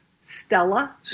Stella